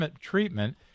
treatment